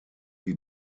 die